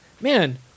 man